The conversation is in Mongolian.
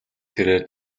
тэрээр